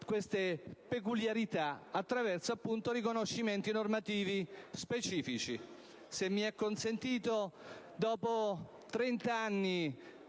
le peculiarità attraverso riconoscimenti normativi specifici. Se mi è consentito, dopo trent'anni